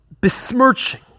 besmirching